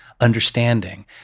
understanding